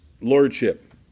lordship